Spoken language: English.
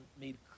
made